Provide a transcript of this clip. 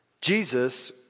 Jesus